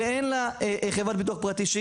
ואין לה חברת ביטוח פרטית,